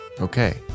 okay